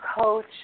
coach